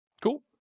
Cool